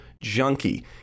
junkie